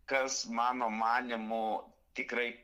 kas mano manymu tikrai